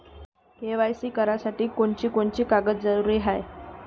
KYC करासाठी कोनची कोनची कागद जरुरी हाय?